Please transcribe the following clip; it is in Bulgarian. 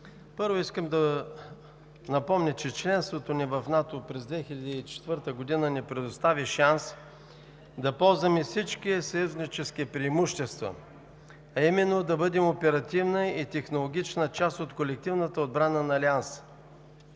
Първо, искам да напомня, че членството ни в НАТО през 2004 г. ни предостави шанс да ползваме всички съюзнически преимущества, а именно да бъдем оперативна и технологична част от колективната отбрана на Алианса.